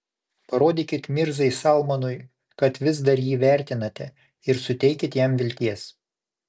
parodykit mirzai salmanui kad vis dar jį vertinate ir suteikit jam vilties